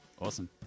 Awesome